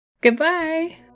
Goodbye